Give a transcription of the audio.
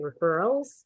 referrals